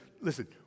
listen